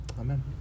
Amen